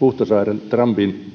huhtasaaren trumpin